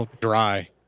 dry